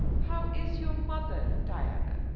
how is your mother, diana?